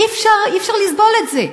אי-אפשר, אי-אפשר לסבול את זה.